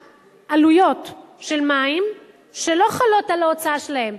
עלויות של מים שלא חלות על ההוצאה שלהם.